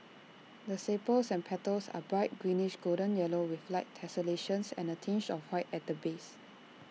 the sepals and petals are bright greenish golden yellow with light tessellations and A tinge of white at the base